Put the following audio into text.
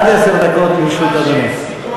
עד עשר דקות לרשות אדוני.